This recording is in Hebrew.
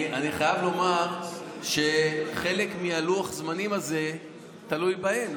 אני חייב לומר שחלק מלוח הזמנים הזה תלוי בהם,